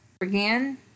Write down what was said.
again